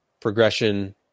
progression